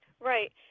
Right